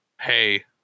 hey